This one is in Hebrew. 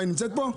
היא נמצאת פה?